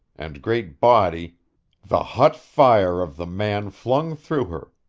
and great body the hot fire of the man flung through her.